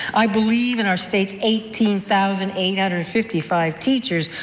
i believe in our state's eighteen thousand eight hundred and fifty five teachers,